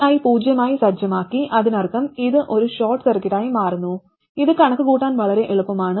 vi പൂജ്യമായി സജ്ജമാക്കി അതിനർത്ഥം ഇത് ഒരു ഷോർട്ട് സർക്യൂട്ടായി മാറുന്നു ഇത് കണക്കുകൂട്ടാൻ വളരെ എളുപ്പമാണ്